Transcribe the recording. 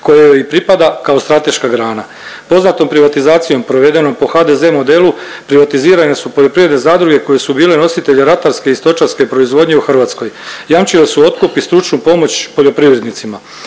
koje joj i pripada kao strateška grana. Poznatom privatizacijom provedenoj po HDZ modelu privatizirane su poljoprivredne zadruge koje su bile nositelji ratarske i stočarske proizvodnje u Hrvatskoj, jamčile su otkup i stručnu pomoć poljoprivrednicima,